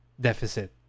Deficit